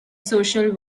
social